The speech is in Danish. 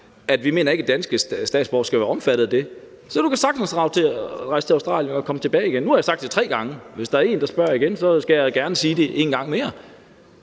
Vi mener ikke, at danske statsborgere skal være omfattet af det, så du kan sagtens rejse til Australien og komme tilbage igen. Nu har jeg sagt det tre gange, og hvis der er en, der spørger igen, skal jeg gerne sige det en gang mere.